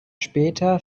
später